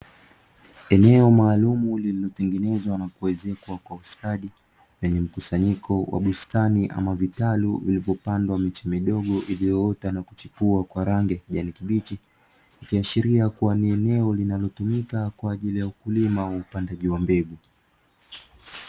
Eneo maalumu lililotengenezwa na kuezekwa kwa ustadi, lenye mkusanyiko wa bustani ama vitalu vilivopandwa miche midogo iliyoota na kuchipua kwa rangi ya kijani kibichi. Ikiashiria kuwa ni eneo linalotumikwa kwa ajili ya ukulima wa upandaji wa mbegu.